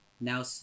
Now